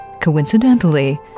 Coincidentally